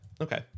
Okay